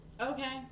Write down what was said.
Okay